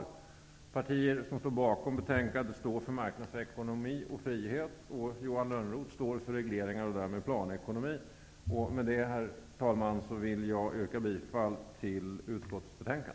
De partier som står bakom betänkandet står för marknadsekonomi och frihet, och Johan Lönnroth står för regleringar och därmed planekonomi. Med det vill jag, herr talman, yrka bifall till utskottets hemställan.